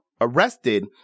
arrested